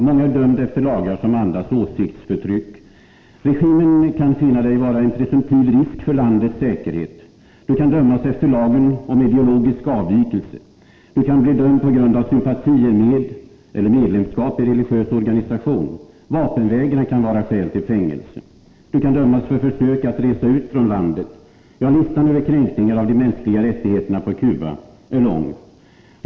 Många är dömda efter lagar som andas åsiktsförtryck. Regimen kan finna dig vara en presumtiv risk för landets säkerhet. Du kan dömas efter lagen om ideologisk avvikelse. Du kan bli dömd på grund av sympatier med eller medlemskap i religiös organisation. Vapenvägran kan vara skäl till fängelse. Du kan dömas för försök att resa ut från landet. Ja, listan över kränkningar av de mänskliga rättigheterna på Cuba är lång.